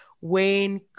Wayne